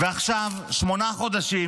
ועכשיו, שמונה חודשים